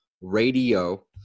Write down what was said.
Radio